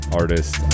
artist